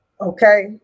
okay